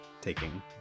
Taking